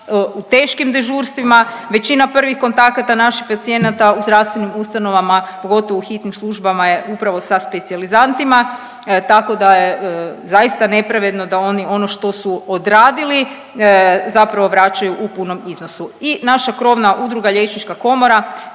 u teškim dežurstvima. Većina prvih kontakata naših pacijenata u zdravstvenim ustanovama pogotovo u hitnim službama je upravo sa specijalizantima, tako da je zaista nepravedno da oni ono što su odradili zapravo vraćaju u punom iznosu. I naša krovna udruga Liječnička komora